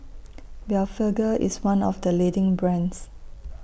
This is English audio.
Blephagel IS one of The leading brands